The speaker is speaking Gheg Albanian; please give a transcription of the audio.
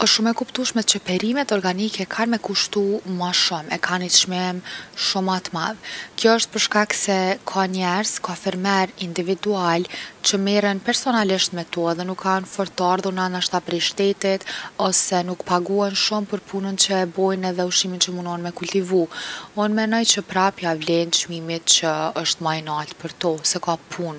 Osht shumë e kuptushme që perimet organike kan me kushtu shumë ma shumë, e kanë ni çmim ma t’madh. Kjo osht për shkak se ka njerz, ka fermer individual, që merren personalisht me to edhe nuk kan fort t’ardhuna prej shtetit ose nuk paguhen shumë për punën që e bojn edhe ushqimin që munohen me e kultivu. Unë menoj që prap ja vlen çmimi që osht ma i nalt për to se ka punë.